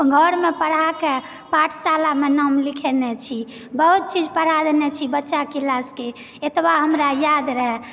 घरमे पढाके पाठशालामे नाम लिखेने छी बहुत चीज पढ़ा देने छी बच्चाके क्लासके एतबे हमरा याद रहय